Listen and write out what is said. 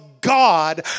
God